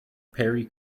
perry